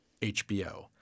HBO